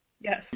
Yes